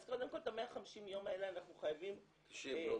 אז קודם כל את ה-150 יום האלה אנחנו חייבים --- 90 יום אמרת.